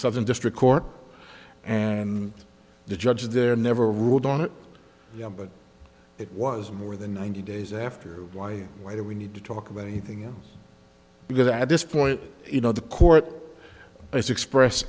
southern district court and the judge there never ruled on it yet but it was more than ninety days after why why do we need to talk about anything else because at this point you know the court has express